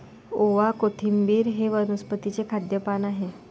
ओवा, कोथिंबिर हे वनस्पतीचे खाद्य पान आहे